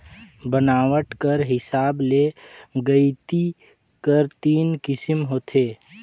बनावट कर हिसाब ले गइती कर तीन किसिम होथे